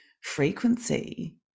frequency